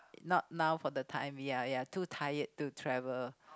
not now for the time ya ya too tired to travel